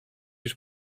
już